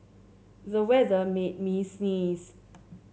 the weather made me sneeze